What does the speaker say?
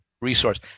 resource